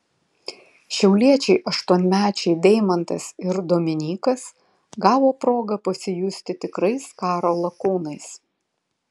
šiauliečiai aštuonmečiai deimantas ir dominykas gavo progą pasijusti tikrais karo lakūnais